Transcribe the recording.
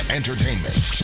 entertainment